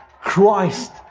Christ